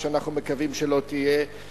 שאנחנו מקווים שלא תהיה.